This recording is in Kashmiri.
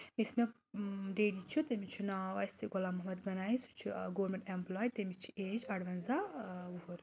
یُس مےٚ ڈیڈی چھُ تٔمِس چھُ ناو اَسہِ غلام محمد گنایی سُہ چھُ گورمنٹ ایٚمپٕلاے تٔمِس چھِ ایج اروَنزاہ وُہُر